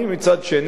מצד שני,